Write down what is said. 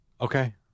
Okay